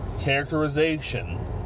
characterization